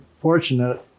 fortunate